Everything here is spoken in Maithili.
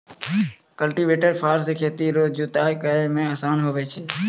कल्टीवेटर फार से खेत रो जुताइ करै मे आसान हुवै छै